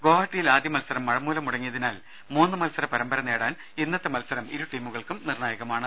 ഗോഹട്ടിയിൽ ആദ്യ മത്സരം മഴ മൂലം മുടങ്ങിയതിനാൽ മൂന്നു മത്സര പരമ്പര നേടാൻ ഇന്നത്തെ മത്സരം ഇരു ടീമുകൾക്കും നിർണ്ണായകമാണ്